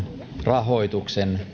rahoituksen